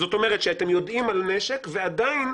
זאת אומרת שאתם יודעים על נשק ועדיין,